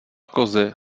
kozy